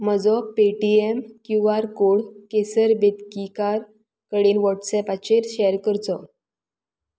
म्हजो Paytm Q R code केसर बेतकीकार कडेन व्हॉट्सऍपाचेर शेअर करचो